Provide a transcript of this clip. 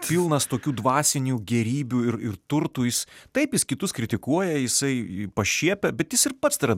pilnas tokių dvasinių gėrybių ir ir turtų jis taip jis kitus kritikuoja jisai pašiepia bet jis ir pats tai yra dalis tos kultūros